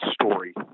story